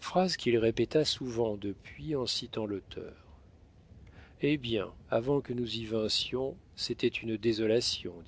phrase qu'il répéta souvent depuis en citant l'auteur hé bien avant que nous y vinssions c'était une désolation